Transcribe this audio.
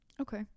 Okay